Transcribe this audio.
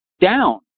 down